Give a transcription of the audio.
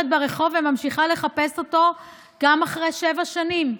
ברחוב וממשיכה לחפש אותו גם אחרי שבע שנים?